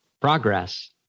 progress